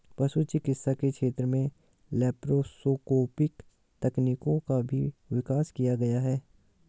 पशु चिकित्सा के क्षेत्र में लैप्रोस्कोपिक तकनीकों का भी विकास किया गया है